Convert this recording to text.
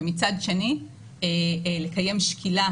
ומצד שני לקיים שקילה,